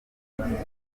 mali